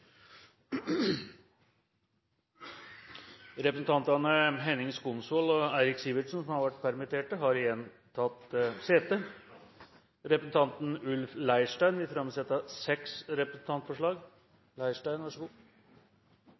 Representantene påhørte stående presidentens minnetale. Representantene Henning Skumsvoll og Eirik Sivertsen, som har vært permitterte, har igjen tatt sete. Representanten Ulf Leirstein vil framsette seks representantforslag.